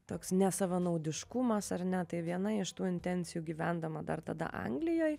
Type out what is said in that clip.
toks nesavanaudiškumas ar ne tai viena iš tų intencijų gyvendama dar tada anglijoj